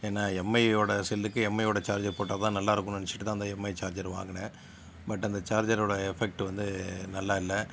ஏன்னா எம்ஐயோடய செல்லுக்கு எம்ஐயோடய சார்ஜர் போட்டால் தான் நல்லாயிருக்கும்னு நெனைச்சிட்டுதான் அந்த எம்ஐ சார்ஜர் வாங்கினேன் பட் அந்த சார்ஜரோடய எஃபக்ட்டு வந்து நல்லா இல்லை